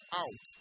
out